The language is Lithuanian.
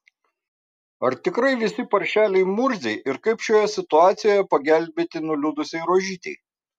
ar tikrai visi paršeliai murziai ir kaip šioje situacijoje pagelbėti nuliūdusiai rožytei